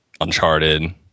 Uncharted